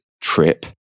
trip